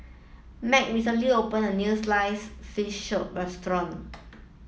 Meg recently opened a new slice fish show restaurant